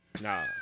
Nah